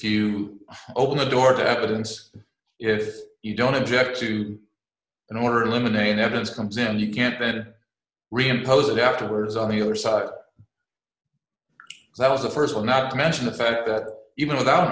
you open the door to evidence if you don't object to an order eliminate evidence comes in you can't then reimpose it afterwards on the other side that was the st one not to mention the fact that even without